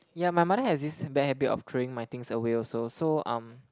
yeah my mother has this bad habit of throwing my things away also so um